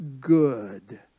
good